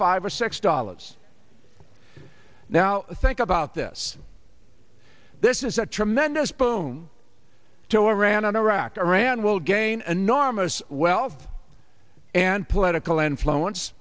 five or six dollars now think about this this is a tremendous boon to iran and iraq iran will gain enormous wealth and political influence